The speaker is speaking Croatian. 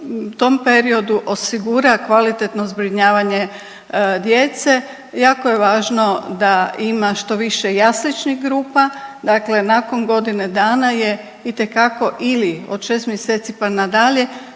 tom periodu osigura kvalitetno zbrinjavanje djece, jako je važno da ima što više jasličnih grupa. Dakle, nakon godine dana je itekako ili od 6 mjeseci pa na dalje